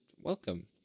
welcome